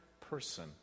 person